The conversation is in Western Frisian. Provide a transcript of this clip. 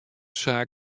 saak